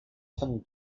often